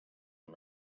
are